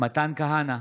מתן כהנא,